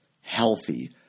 healthy